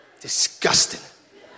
Disgusting